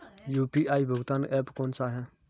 UPI भुगतान app कौन सा है?